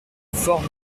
fort